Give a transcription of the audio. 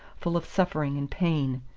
full of suffering and pain.